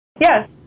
Yes